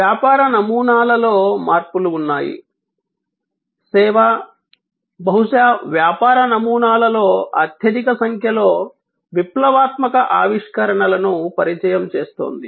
వ్యాపార నమూనాలలో మార్పులు ఉన్నాయి సేవ బహుశా వ్యాపార నమూనాలలో అత్యధిక సంఖ్యలో విప్లవాత్మక ఆవిష్కరణలను పరిచయం చేస్తోంది